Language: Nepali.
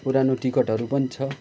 पुरानो टिकटहरू पनि छ